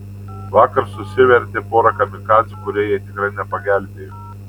vakar susivertė porą kamikadzių kurie jai tikrai nepagelbėjo